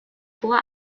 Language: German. vor